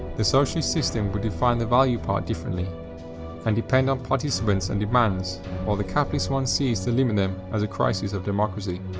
the socialist system would define the value part differently and depend on participants and demands while the capitalist one sees to limit them as a crisis of democracy.